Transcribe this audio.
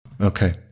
Okay